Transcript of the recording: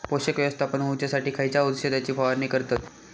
पोषक व्यवस्थापन होऊच्यासाठी खयच्या औषधाची फवारणी करतत?